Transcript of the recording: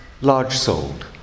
large-souled